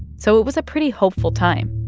so it was a pretty hopeful time,